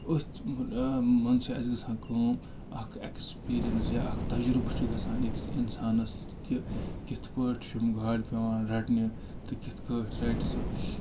أتھۍ منٛز چھِ اَسہِ گژھان کٲم اَکھ اٮ۪کٕسپیٖریَنٕس یا اَکھ تجربہٕ چھُ گژھان أکِس اِنسانَس کہِ کِتھ پٲٹھۍ چھِ یِم گاڈٕ پٮ۪وان رَٹنہِ تہِ کِتھ کٲٹھۍ رَٹہِ سُہ